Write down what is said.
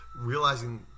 realizing